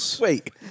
Wait